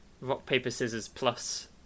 rock-paper-scissors-plus